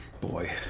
Boy